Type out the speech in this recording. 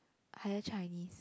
higher Chinese